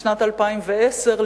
בשנת 2010,